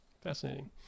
Fascinating